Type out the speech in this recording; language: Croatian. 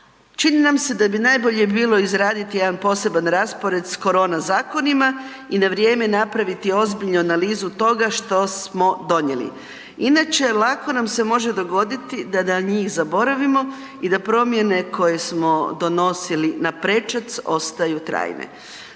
Čini nam se da bi najbolje bilo izraditi jedan poseban raspored s korona zakonima i na vrijeme napraviti ozbiljnu analizu toga što smo donijeli. Inače, lako nam se može dogoditi da na njih zaboravimo i da promjene koje smo donosili na prečac ostaju trajne.